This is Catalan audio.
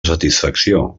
satisfacció